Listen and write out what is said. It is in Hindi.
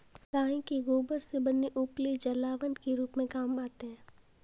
गाय के गोबर से बने उपले जलावन के रूप में काम आते हैं